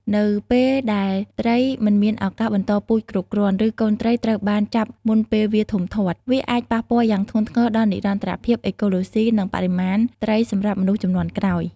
នៅពេលដែលត្រីមិនមានឱកាសបន្តពូជគ្រប់គ្រាន់ ឬកូនត្រីត្រូវបានចាប់មុនពេលវាធំធាត់ វាអាចប៉ះពាល់យ៉ាងធ្ងន់ធ្ងរដល់និរន្តរភាពអេកូឡូស៊ី និងបរិមាណត្រីសម្រាប់មនុស្សជំនាន់ក្រោយ។